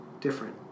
different